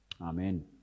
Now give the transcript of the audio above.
Amen